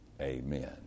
Amen